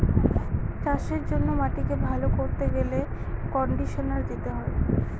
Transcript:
চাষের জন্য মাটিকে ভালো করতে গেলে কন্ডিশনার দিতে হয়